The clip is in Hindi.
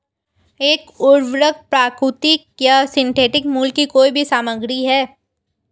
एक उर्वरक प्राकृतिक या सिंथेटिक मूल की कोई भी सामग्री है